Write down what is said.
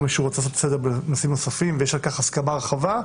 אם מישהו רוצה לעשות סדר בנושאים נוספים ויש על כך הסכמה רחבה,